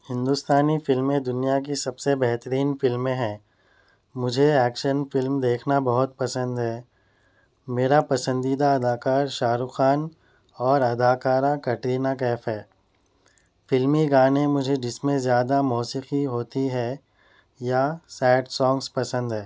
ہندوستانی فلمیں دنیا کی سب سے بہترین فلمیں ہیں مجھے ایکشن فلم دیکھنا بہت پسند ہے میرا پسندیدہ اداکار شاہ رخ خان اور اداکارہ کٹرینا کیف ہے فلمی گانے مجھے جس میں زیادہ موسیقی ہوتی ہے یا سیڈ سانگس پسند ہے